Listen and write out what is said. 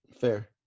fair